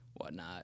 Whatnot